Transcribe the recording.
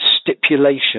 stipulation